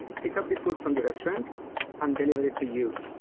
pick up the food from the restaurant and deliver it to you.